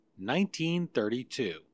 1932